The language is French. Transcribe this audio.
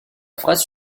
phrase